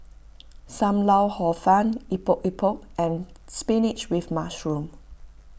Sam Lau Hor Fun Epok Epok and Spinach with Mushroom